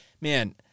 man